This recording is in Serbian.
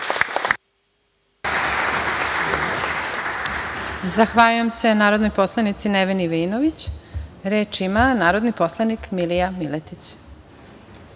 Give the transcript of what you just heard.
Zahvaljujem se narodnoj poslanici Neveni Veinović. Reč ima narodni poslanik Milija